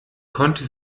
konnte